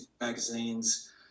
magazines